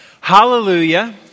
Hallelujah